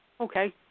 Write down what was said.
Okay